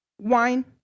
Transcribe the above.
wine